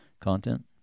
content